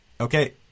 Okay